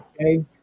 Okay